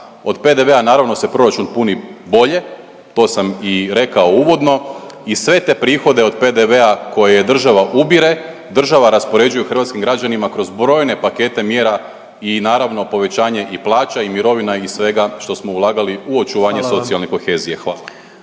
od PDV-a naravno se proračun puni bolje, to sam i rekao uvodno i sve te prihode od PDV-a koje država ubire država raspoređuje hrvatskim građanima kroz brojne pakete mjera i naravno povećanje i plaća i mirovina i svega što smo ulagali u očuvanje socijalne kohezije. Hvala.